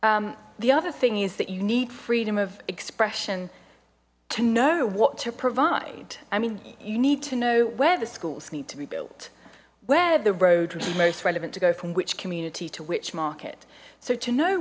that the other thing is that you need freedom of expression to know what to provide i mean you need to know where the schools need to be built where the road was the most relevant to go from which community to which market so to know